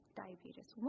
diabetes